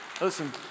Listen